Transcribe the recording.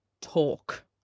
talk